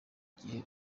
gihe